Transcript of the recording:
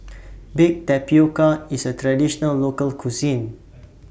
Baked Tapioca IS A Traditional Local Cuisine